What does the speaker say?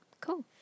Cool